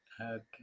okay